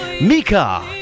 Mika